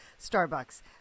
Starbucks